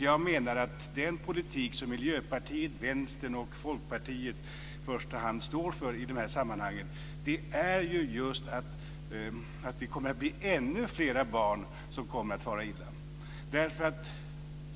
Jag menar att den politik som i första hand Miljöpartiet, Vänstern och Folkpartiet står för i de här sammanhangen just leder till att ännu fler barn kommer att fara illa.